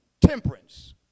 temperance